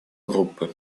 группы